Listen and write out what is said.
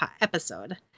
episode